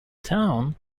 town